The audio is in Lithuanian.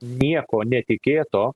nieko netikėto